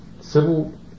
civil